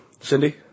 Cindy